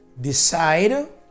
Decide